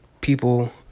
people